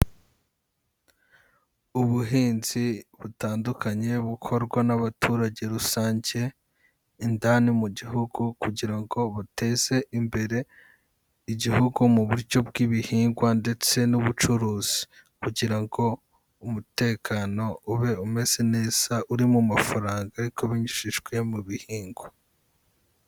Ubuhinzi butandukanye bukorwa n'abaturage rusange, indani mu gihugu kugira ngo buteze imbere igihugu mu buryo bw'ibihingwa ndetse n'ubucuruzi kugira ngo umutekano ube umeze neza, uri mu mafaranga ariko binyujijwe mu bihingwa.